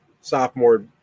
sophomore